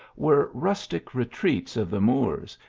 were rustic retreats of the moors,